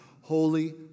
holy